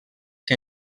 que